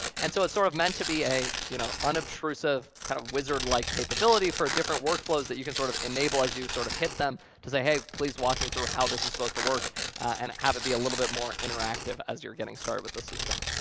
and so it's sort of meant to be an you know unobtrusive kind of wizard-like capability for different workflows that you can sort of enable as you sort of hit them to say, hey, please walk me through how this is supposed to work and have it be a little bit more interactive as you're getting started with the system.